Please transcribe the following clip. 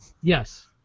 Yes